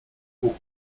haut